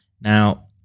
Now